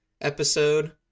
episode